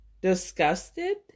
disgusted